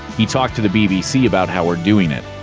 he talked to the bbc about how we're doing it.